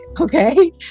okay